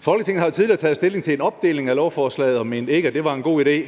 Folketinget har jo tidligere taget stilling til en opdeling af lovforslaget og mente ikke, at det var en god idé,